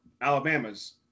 Alabama's